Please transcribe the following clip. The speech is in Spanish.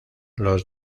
los